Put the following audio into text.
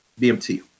BMT